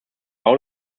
bau